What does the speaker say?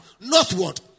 Northward